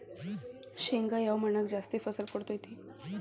ಶೇಂಗಾ ಯಾವ ಮಣ್ಣಾಗ ಜಾಸ್ತಿ ಫಸಲು ಕೊಡುತೈತಿ?